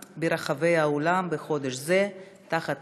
6530. היום מצוין ברחבי העולם בחודש זה בשם: